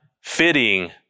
fitting